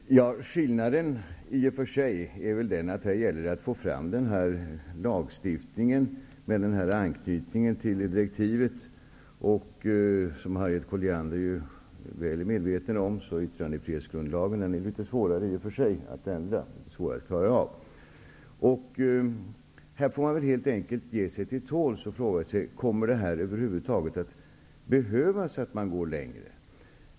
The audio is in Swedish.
Herr talman! Skillnaden är i och för sig att det gäller att få fram en lagstiftning som har anknytning till direktivet. Som Harriet Colliander väl är medveten om är yttrandefrihetsgrundlagen litet svårare att ändra. Man får helt enkelt ge sig till tåls och fråga sig om man över huvud taget kommer att behöva gå längre.